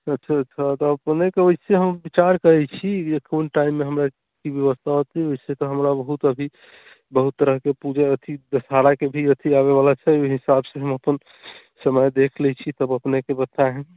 अच्छा अच्छा तऽ अपनेकेँ ओइसे विचार करैत छी जे कोन टाइममे हमरा की व्यवस्था होतै ओइसे तऽ हमरा बहुत अभी बहुत तरहके पूजा अथी दशहराके भी अथी अबैवला छै ओहि हिसाबसँ हम अपन समय देख लैत छी तब अपनेकेँ बतायब